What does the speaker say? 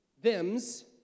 thems